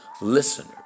listeners